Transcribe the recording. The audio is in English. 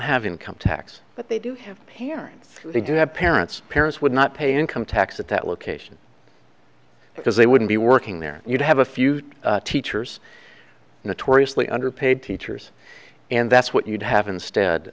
have income tax but they do have parents they do have parents parents would not pay income tax at that location because they wouldn't be working there you'd have a few teachers notoriously underpaid teachers and that's what you'd have instead